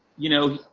you know,